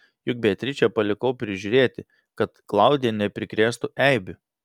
juk beatričę palikau prižiūrėti kad klaudija neprikrėstų eibių